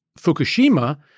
Fukushima